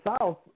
South